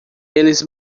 eles